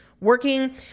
working